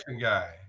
guy